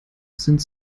sind